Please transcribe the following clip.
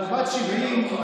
אבל היא בת 70 היום,